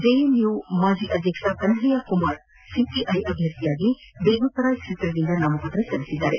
JNU ಮಾಜಿ ಅಧ್ಯಕ್ಷ ಕನ್ನಯ್ಲಕುಮಾರ್ ಅವರು ಸಿಪಿಐ ಅಭ್ಲರ್ಥಿಯಾಗಿ ಬೇಗು ಸರಾಯ್ ಕ್ಷೇತ್ರದಿಂದ ನಾಮಪತ್ರ ಸಲ್ಲಿಸಿದ್ದಾರೆ